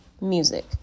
music